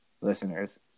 listeners